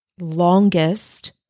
longest